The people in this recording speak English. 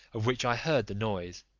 of which i heard the noise.